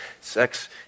sex